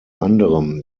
anderem